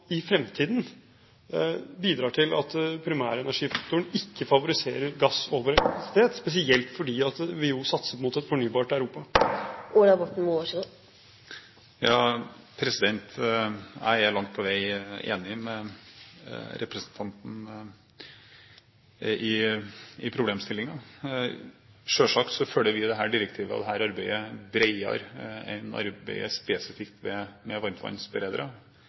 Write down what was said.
i fremtiden bidrar til at primærenergifaktoren ikke favoriserer gass over elektrisitet, spesielt fordi vi jo satser mot et fornybart Europa. Jeg er langt på vei enig med representanten i problemstillingen. Selvsagt følger vi dette direktivet og dette arbeidet bredere enn arbeidet spesifikt med varmtvannsberedere.